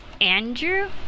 Andrew